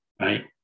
right